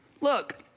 look